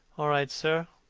all right, sir.